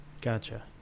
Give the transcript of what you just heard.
Gotcha